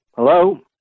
Hello